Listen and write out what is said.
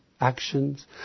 actions